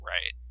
Right